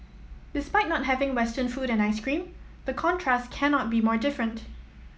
despite not having Western food and ice cream the contrast cannot be more different